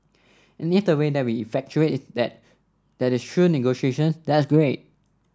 and if the way that we effectuate that that is through negotiations that's great